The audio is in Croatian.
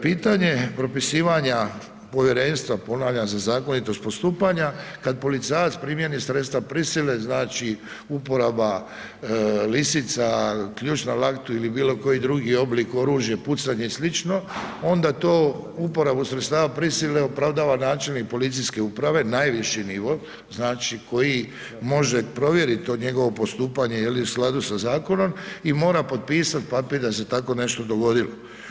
Pitanje propisivanja povjerenstva, ponavljam, za zakonitost postupanja, kada policajac primjeni sredstva prisile znači uporaba lisica, ključ na laktu ili bilo koji drugi oblik oružje, pucanje i sl., onda to uporabu sredstava prisile opravdava način i policijske uprave, najviši nivo, znači koji može provjeriti to njegovo postupanje je li u skladu sa zakonom i mora potpisati papir da se tako nešto dogodilo.